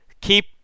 Keep